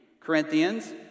Corinthians